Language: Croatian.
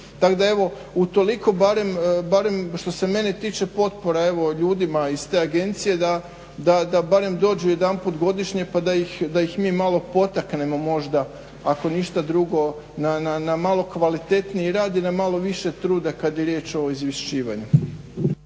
Tako da evo utoliko barem što se mene tiče potpora evo ljudima iz te agencije da barem dođu jedanput godišnje pa da ih mi malo potaknemo možda ako ništa drugo na malo kvalitetniji rad i na malo više truda kad je riječ o izvješćivanju.